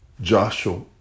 Joshua